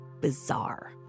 bizarre